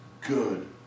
good